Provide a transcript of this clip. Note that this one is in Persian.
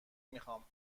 میخوام